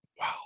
Wow